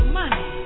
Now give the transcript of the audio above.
money